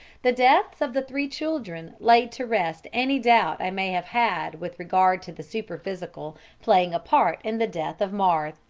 the deaths of the three children laid to rest any doubt i may have had with regard to the superphysical playing a part in the death of marthe.